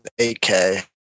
8K